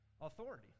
authority